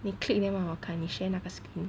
你 click then 让我看你 share 那个 screen